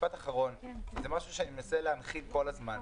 ומשפט אחרון, זה דבר שאני מנסה להנחיל כל הזמן: